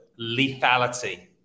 lethality